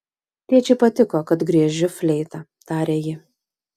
tėčiui patiko kad griežiu fleita tarė ji